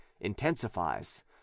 intensifies